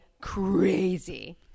crazy